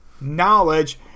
knowledge